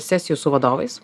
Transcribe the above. sesijų su vadovais